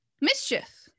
mischief